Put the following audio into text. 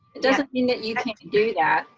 it doesn't mean it you can't do that.